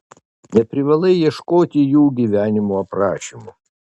neprivalai ieškoti jų gyvenimo aprašymų